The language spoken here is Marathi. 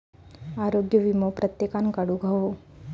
आरोग्य वीमो प्रत्येकान काढुक हवो